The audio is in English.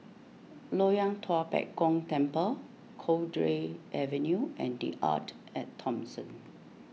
Loyang Tua Pek Kong Temple Cowdray Avenue and the Arte at Thomson